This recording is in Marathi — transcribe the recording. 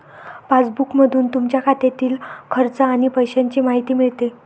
पासबुकमधून तुमच्या खात्यातील खर्च आणि पैशांची माहिती मिळते